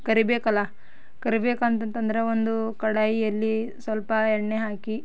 ಕರೀಬೇಕಲ್ಲ ಕರೀಬೇಕಂತಂದ್ರೆ ಒಂದು ಕಡಾಯಿಯಲ್ಲಿ ಸ್ವಲ್ಪ ಎಣ್ಣೆ ಹಾಕಿ